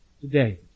today